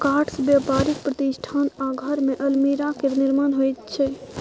काठसँ बेपारिक प्रतिष्ठान आ घरमे अलमीरा केर निर्माण होइत छै